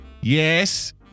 Yes